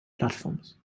platforms